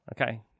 Okay